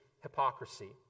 hypocrisy